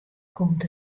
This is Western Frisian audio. komt